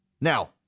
Now